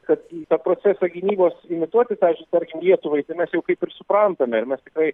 kad tą procesą gynybos imituoti tą tarkim lietuvai tai mes jau kaip ir suprantame ir mes tikrai